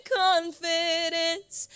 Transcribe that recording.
confidence